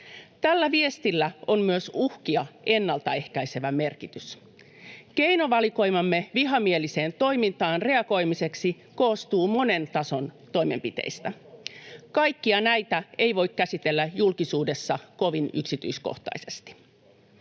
Tällä viestillä on myös uhkia ennaltaehkäisevä merkitys. Keinovalikoimamme vihamieliseen toimintaan reagoimiseksi koostuu monen tason toimenpiteistä. Kaikkia näitä ei voi käsitellä julkisuudessa kovin yksityiskohtaisesti.